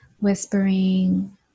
whispering